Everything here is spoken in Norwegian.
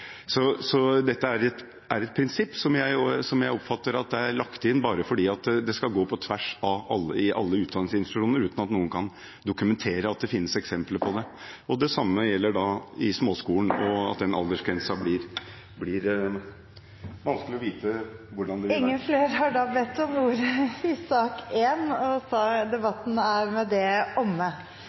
Dette er et prinsipp som jeg oppfatter er lagt inn bare for at det skal gå på tvers av alle utdanningsinstitusjoner, uten at noen kan dokumentere at det finnes eksempler på det. Det samme gjelder i småskolen. Flere har ikke bedt om ordet til sak nr. 1. Ingen har bedt om ordet til sak nr. 2. Etter ønske fra utdannings- og